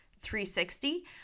360